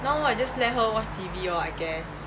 now I just let her watch T_V lor I guess